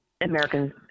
American